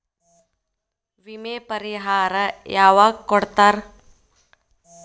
ವಿಮೆ ಪರಿಹಾರ ಯಾವಾಗ್ ಕೊಡ್ತಾರ?